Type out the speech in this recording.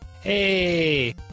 hey